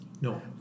No